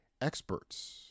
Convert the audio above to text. experts